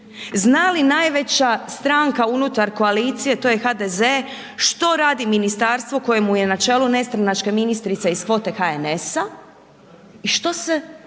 zna li najveća stranka unutar Koalicije a to je HDZ, što radi ministarstvo kojemu je na čelu nestranačka ministrica iz kvote HNS-a i što se